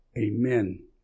amen